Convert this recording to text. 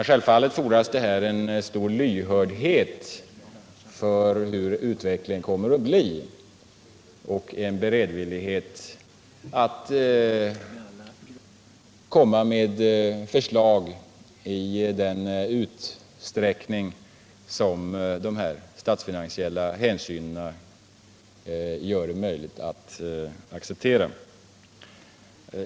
Självfallet fordras det en stor lyhördhet för hur utvecklingen kommer att gestalta sig och en beredvillighet att lägga fram nya förslag i den utsträckning som de statsfinansiella hänsynen tillåter detta.